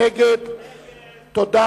ג'מאל זחאלקה וחנין זועבי לסעיף 27 לא נתקבלה.